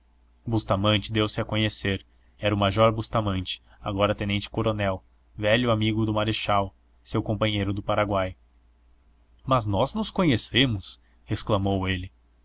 ar bustamante deu-se a conhecer era o major bustamante agora tenente-coronel velho amigo do marechal seu companheiro do paraguai mas nós nos conhecemos exclamou ele